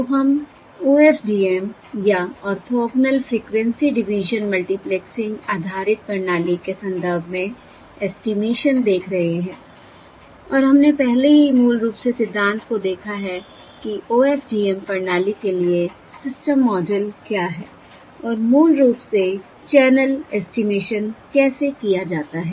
तो हम OFDM या ऑर्थोगोनल फ्रिक्वेंसी डिवीजन मल्टीप्लेक्सिंग आधारित प्रणाली के संदर्भ में ऐस्टीमेशन देख रहे हैं और हमने पहले ही मूल रूप से सिद्धांत को देखा है कि OFDM प्रणाली के लिए सिस्टम मॉडल क्या है और मूल रूप से चैनल ऐस्टीमेशन कैसे किया जाता है